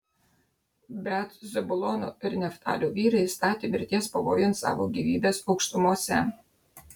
bet zabulono ir neftalio vyrai statė mirties pavojun savo gyvybes aukštumose